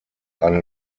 eine